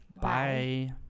Bye